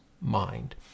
mind